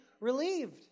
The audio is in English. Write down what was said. relieved